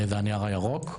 זה הנייר הירוק.